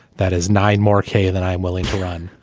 that is nine more k than i am willing to run.